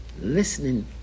Listening